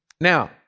Now